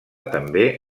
també